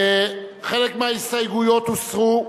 חלק מההסתייגויות הוסרו,